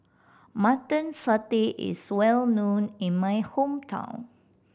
Mutton Satay is well known in my hometown